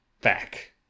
back